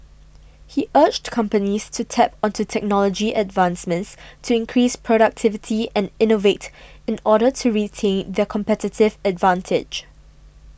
he urged companies to tap onto technology advancements to increase productivity and innovate in order to retain their competitive advantage